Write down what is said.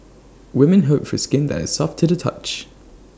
women hope for skin that is soft to the touch